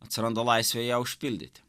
atsiranda laisvė ją užpildyti